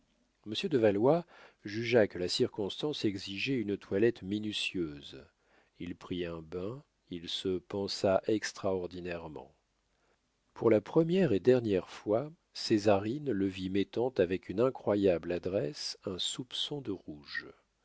monsieur de valois jugea que la circonstance exigeait une toilette minutieuse il prit un bain il se pansa extraordinairement pour la première et dernière fois césarine le vit mettant avec une incroyable adresse un soupçon de rouge